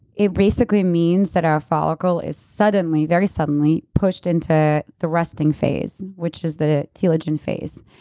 it basically means that our follicle is suddenly, very suddenly, pushed into the resting phase, which is the telogen phase.